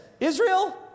Israel